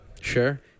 sure